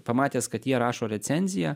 pamatęs kad jie rašo recenziją